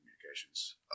communications